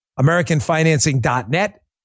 AmericanFinancing.net